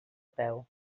peu